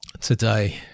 today